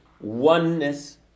oneness